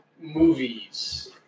movies